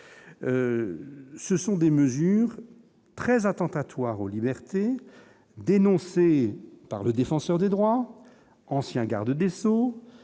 ce sont des mesures très attentatoire aux libertés, dénoncées par le défenseur des droits, ancien garde des Sceaux,